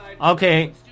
Okay